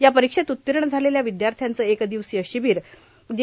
या परीक्षेत उत्तीर्ण झालेल्या विद्यार्थ्यांचे एक दिवसीय शिबीर दि